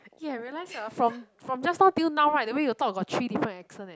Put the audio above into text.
ya I realise ah from from just now till now right the way you talk got three different accent eh